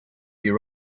you